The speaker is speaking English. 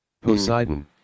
Poseidon